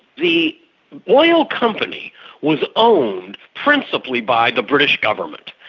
the oil company was owned principally by the british government,